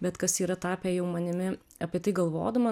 bet kas yra tapę jau manimi apie tai galvodama